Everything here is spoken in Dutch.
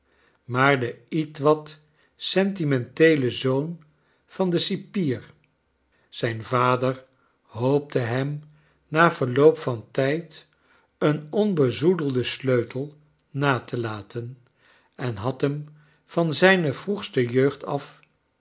maar de ietwat sentimenteele zoon van den cipier zijn vader hoopte hem na verloop van tijd een onbezoedelden sleutel na te iaten en had hem van zijne vroegste jeugcl af